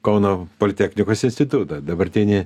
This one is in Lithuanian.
kauno politechnikos institutą dabartinį